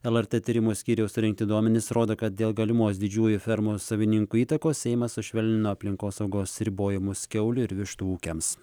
lrt tyrimų skyriaus surinkti duomenys rodo kad dėl galimos didžiųjų fermos savininkų įtakos seimas sušvelnino aplinkosaugos ribojimus kiaulių ir vištų ūkiams